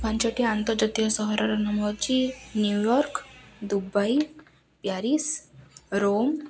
ପାଞ୍ଚଟି ଆନ୍ତର୍ଜାତୀୟ ସହରର ନାମ ହେଉଛି ନ୍ୟୁୟର୍କ ଦୁବାଇ ପ୍ୟାରିସ୍ ରୋମ୍